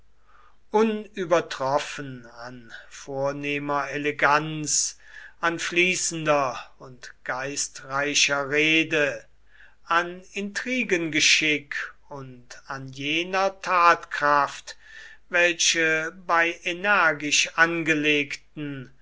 unübertroffen an vornehmer eleganz an fließender und geistreicher rede an intrigengeschick und an jener tatkraft welche bei energisch angelegten